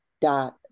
dot